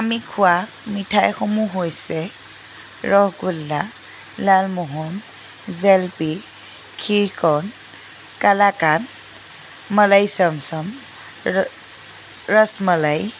আমি খোৱা মিঠাইসমূহ হৈছে ৰসগোল্লা লালমোহন জেলপি খীৰকণ কালাকান মলাই চামচম ৰছমলাই